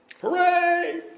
Hooray